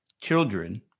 children